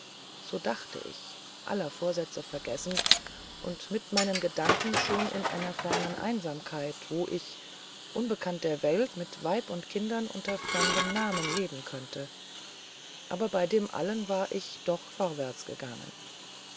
so dachte ich aller vorsätze vergessend und mit meinen gedanken schon in einer fernern einsamkeit wo ich unbekannt der welt mit weib und kindern unter fremden namen leben könnte aber bei dem allem war ich doch vorwärts gegangen